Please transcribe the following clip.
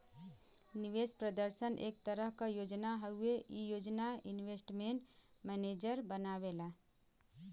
निवेश प्रदर्शन एक तरह क योजना हउवे ई योजना इन्वेस्टमेंट मैनेजर बनावेला